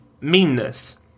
meanness